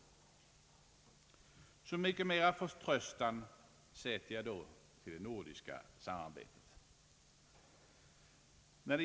Desto större förtröstan hyser jag då till det nordiska samarbetet.